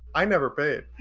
i never paid.